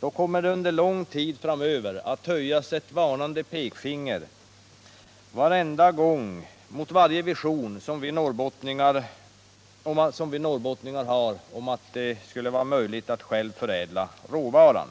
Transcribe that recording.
Då kommer det under lång tid framöver att höjas ett varnande pekfinger mot varje vision som vi norrbottningar har om att det skulle vara möjligt för oss att själva förädla råvaran.